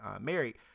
married